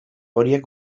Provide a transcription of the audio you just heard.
horiek